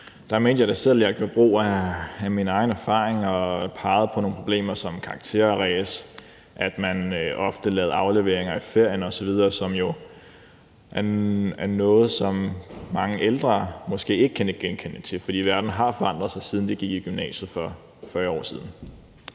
jeg da selv, at jeg gjorde brug af min egen erfaring og pegede på nogle problemer som karakterræs, at man ofte lavede afleveringer i ferierne osv., som jo er noget, som mange ældre måske ikke kan nikke genkendende til, fordi verden har forandret sig, siden de gik i gymnasiet for 40 år siden.